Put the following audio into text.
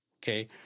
Okay